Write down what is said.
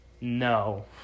no